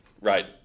Right